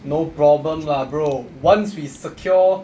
no problem lah bro once we secure